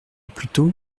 plutôt